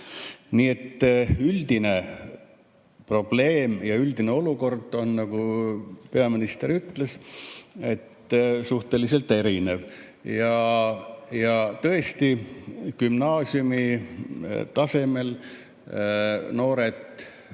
Nii et üldine probleem ja üldine olukord on, nagu peaminister ütles, suhteliselt erinev. Ja tõesti, gümnaasiumi tasemel noored